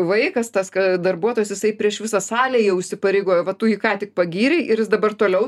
vaikas tas darbuotojas jisai prieš visą salę jau įsipareigojo va tu jį ką tik pagyrei ir jis dabar toliau